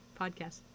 podcast